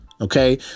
okay